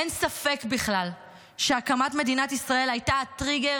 אין ספק בכלל שהקמת מדינת ישראל הייתה הטריגר